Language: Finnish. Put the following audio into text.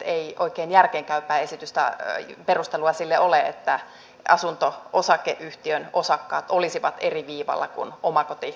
ei oikein järkeenkäypää perustelua sille ole että asunto osakeyhtiön osakkaat olisivat eri viivalla kuin omakotiasujat